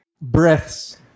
breaths